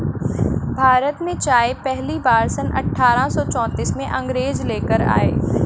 भारत में चाय पहली बार सन अठारह सौ चौतीस में अंग्रेज लेकर आए